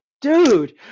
dude